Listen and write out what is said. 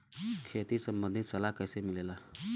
खेती संबंधित सलाह कैसे मिलेला?